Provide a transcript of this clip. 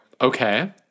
Okay